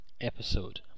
episode